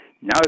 No